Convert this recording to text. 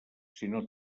sinó